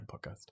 podcast